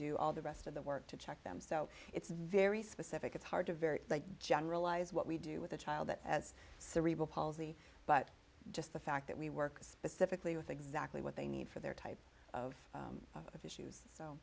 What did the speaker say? do all the rest of the work to check them so it's very specific it's hard to very generalise what we do with a child that has cerebral palsy but just the fact that we work specifically with exactly what they need for their type of issues so